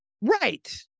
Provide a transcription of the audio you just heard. Right